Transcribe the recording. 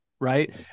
right